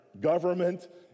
government